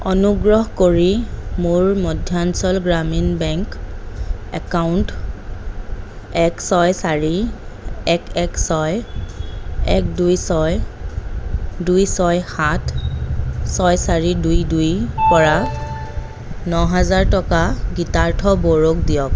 অনুগ্ৰহ কৰি মোৰ মধ্যাঞ্চল গ্ৰামীণ বেংক একাউণ্ট এক ছয় চাৰি এক এক ছয় এক দুই ছয় দুই ছয় সাত ছয় চাৰি দুই দুইৰ পৰা ন হাজাৰ টকা গীতাৰ্থ বড়োক দিয়ক